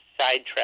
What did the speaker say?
sidetrack